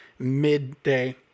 Midday